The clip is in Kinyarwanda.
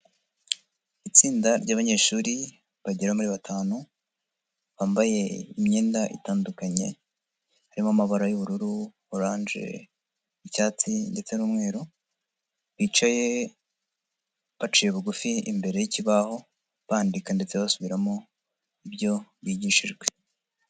Itsinda ry'abanyeshuri bagera muri batanu, bambaye imyenda itandukanye, harimo amabara y'ubururu, orange, icyatsi ndetse n'umweru, bicaye baciye bugufi, imbere y'ikibaho bandika ndetse basubiramo ibyo bigishijwe.